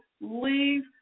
leave